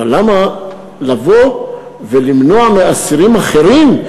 אבל למה לבוא ולמנוע מאסירים אחרים,